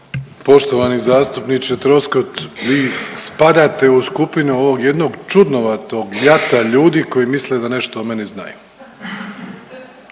Poštovani zastupniče Troskot, vi spadate u skupinu ovog jednog čudnovatog jata ljudi koji misle da nešto o meni znaju,